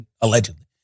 allegedly